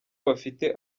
bafite